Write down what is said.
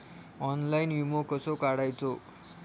Online विमो कसो काढायचो?